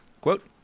Quote